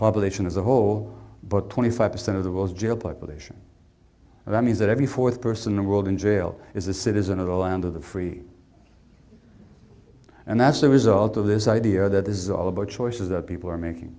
population as a whole but twenty five percent of the world's jail population and that means that every fourth person the world in jail is a citizen of the land of the free and that's a result of this idea that this is all about choices that people are making